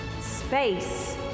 Space